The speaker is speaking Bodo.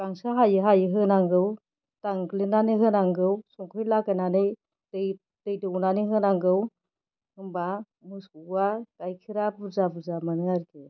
गांसो हायै हायै होनांगौ दानग्लिनानै होनांगौ संख्रि लागायनानै दै दौनानै होनांगौ होनबा मोसौआ गाइखेरा बुरजा बुरजा मोनो आरोखि